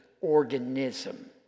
organism